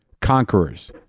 Conquerors